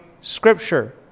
scripture